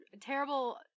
terrible